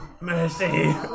mercy